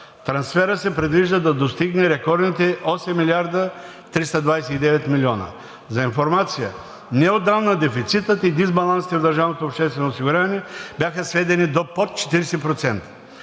Трансферът се предвижда да достигне рекордните 8 милиарда 329 милиона. За информация – неотдавна дефицитът и дисбалансите в държавното